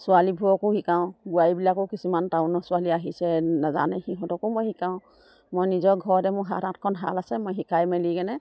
ছোৱালীবোৰকো শিকাওঁ বোৱাৰীবিলাকো কিছুমান টাউনৰ ছোৱালী আহিছে নাজানে সিহঁতকো মই শিকাওঁ মই নিজৰ ঘৰতে মোৰ সাত আঠখন শাল আছে মই শিকাই মেলি কেনে